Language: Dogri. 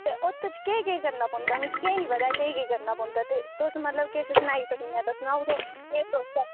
ते ओह्दे च केह् केह् करना पौंदा मिगी बी निं पता ऐ केह् केह् करना पौंदा ते तुस मतलब किश सनाई सकने ते सनाई ओड़ो सेहत आस्तै